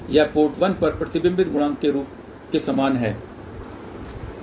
यह पोर्ट 1 पर प्रतिबिंब गुणांक के समान है